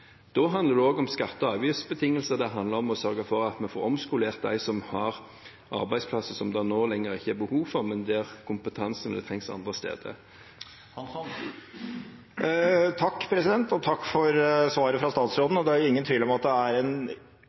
Da handler det også om skatte- og avgiftsbetingelser, det handler om å sørge for at vi får omskolert dem som har arbeidsplasser det nå ikke lenger er behov for, men der kompetansen trengs andre steder. Takk for svaret fra statsråden. Det er ingen tvil om at det er en